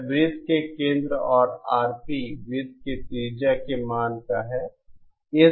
यह वृत्त के केंद्र और RP वृत्त के त्रिज्या का मान है